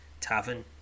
tavern